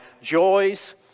joys